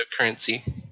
cryptocurrency